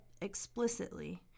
explicitly